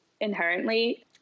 inherently